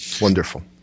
wonderful